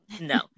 No